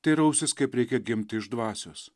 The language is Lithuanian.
teirausis kaip reikia gimti iš dvasios